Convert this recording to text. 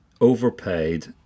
overpaid